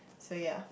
so ya